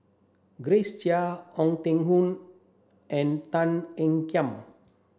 Grace Chia Ong Teng Koon and Tan Ean Kiam